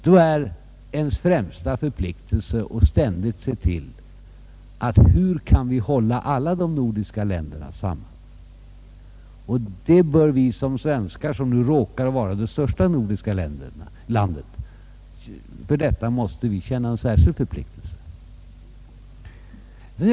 Då är ens främsta förpliktelse att ständigt se till hur vi kan hålla alla de nordiska länderna samman. För detta måste vi som svenskar — eftersom Sverige råkar vara det största nordiska landet — känna ett särskilt ansvar.